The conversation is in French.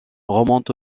remontent